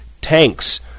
tanks